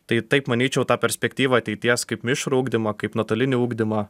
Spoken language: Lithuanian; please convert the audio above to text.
tai taip manyčiau tą perspektyvą ateities kaip mišrų ugdymą kaip nuotolinį ugdymą